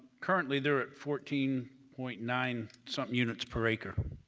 currently, they're at fourteen point nine something units per acre.